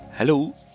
Hello